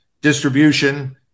distribution